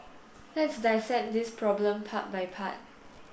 let's dissect this problem part by part